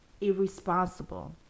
irresponsible